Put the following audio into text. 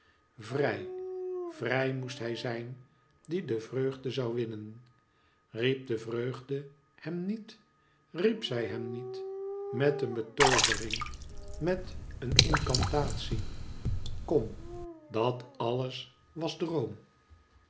vrij vrij moest hij zijn die de vreugde zou winnen riep de vreugde hem niet riep zij hem niet met een betoovering met een incantatie kom dat alles was droom